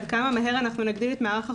עד כמה מהר אנחנו נגדיל את מערך החוקרים,